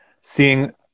seeing